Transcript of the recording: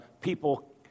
people